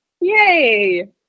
Yay